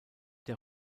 der